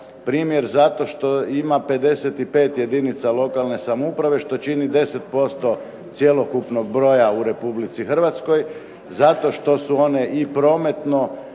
primjer zato što ima 55 jedinica lokalne samouprave, što čini 10% cjelokupnog broja u Republici Hrvatskoj, zato što su one i prometno